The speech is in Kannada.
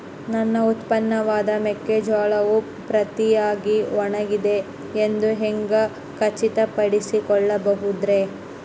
ನನ್ನ ಉತ್ಪನ್ನವಾದ ಮೆಕ್ಕೆಜೋಳವು ಪೂರ್ತಿಯಾಗಿ ಒಣಗಿದೆ ಎಂದು ಹ್ಯಾಂಗ ಖಚಿತ ಪಡಿಸಿಕೊಳ್ಳಬಹುದರೇ?